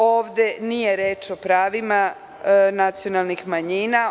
Ovde nije reč o pravima nacionalnih manjina.